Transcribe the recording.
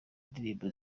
indirimbo